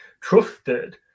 trusted